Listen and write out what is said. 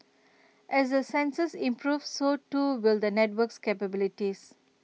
as the sensors improve so too will the network's capabilities